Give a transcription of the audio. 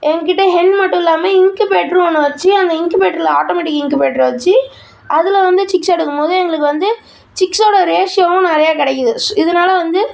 எங்கக்கிட்ட ஹென் மட்டும் இல்லாமல் இங்க்குபேட்டரும் ஒன்று வெச்சு அந்த இங்க்குபேட்டருல ஆட்டோமெட்டிக் இங்க்குபேட்டர வெச்சு அதில் வந்து சிக்ஸ் எடுக்கும் போது எங்களுக்கு வந்து சிக்ஸோடய ரேஷியோவும் நிறைய கிடைக்குது ஸ் இதனால் வந்து